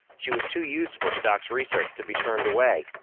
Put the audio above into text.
she was too useful to doc's research to be turned away,